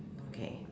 okay